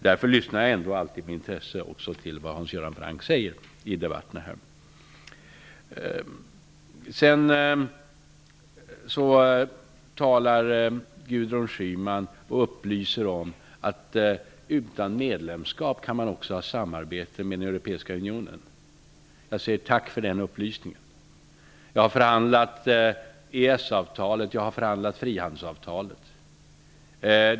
Därför lyssnar jag också alltid med intresse till vad Hans Göran Franck säger i de här debatterna. Gudrun Schyman upplyser om att man också utan medlemskap kan ha samarbete med Europeiska unionen. Tack för den upplysningen! Jag har förhandlat om EES-avtalet och om frihandelsavtalet.